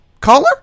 Caller